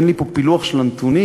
אין לי פה פילוח של הנתונים,